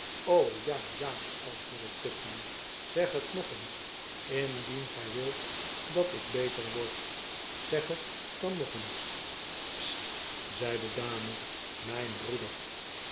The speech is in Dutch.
ja ja antwoordde tupman zeg het nog eens indien gij wilt dat ik beter word zeg het dan nog eens st zei de dame mijn breeder